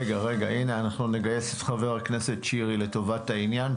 אנחנו נגייס את חבר הכנסת שירי לטובת העניין.